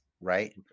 right